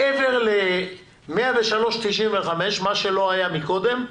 מעבר ל-103.95%, מה שלא היה מקודם,